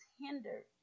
hindered